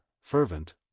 fervent